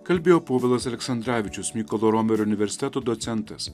kalbėjo povilas aleksandravičius mykolo romerio universiteto docentas